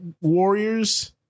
Warriors